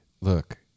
Look